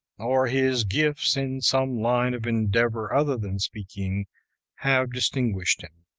or his gifts in some line of endeavor other than speaking have distinguished him.